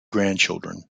grandchildren